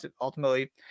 ultimately